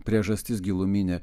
priežastis giluminė